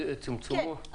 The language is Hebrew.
כן.